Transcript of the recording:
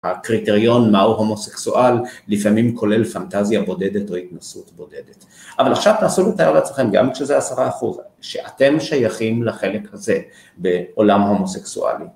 הקריטריון, מהו הומוסקסואל, לפעמים כולל פנטזיה בודדת או התנסות בודדת. אבל עכשיו תנסו להתאר לעצמכם, גם כשזה עשרה אחוז, שאתם שייכים לחלק הזה בעולם הומוסקסואלי.